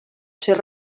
ser